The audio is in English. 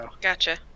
Gotcha